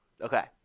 Okay